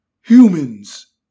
Humans